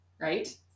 Right